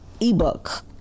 ebook